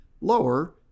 lower